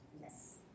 yes